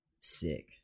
Sick